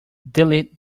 delete